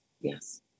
Yes